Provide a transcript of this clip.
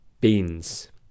beans